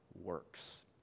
works